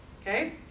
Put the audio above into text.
okay